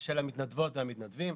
של המתנדבות והמתנדבים.